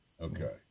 Okay